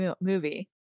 movie